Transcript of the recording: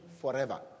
forever